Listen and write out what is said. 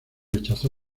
rechazó